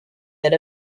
that